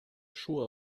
schuhe